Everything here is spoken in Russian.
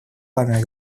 вами